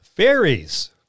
Fairies